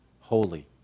holy